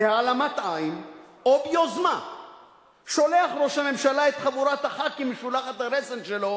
בהעלמת עין או יוזמה שולח ראש הממשלה את חבורת הח"כים משולחת הרסן שלו